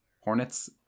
hornets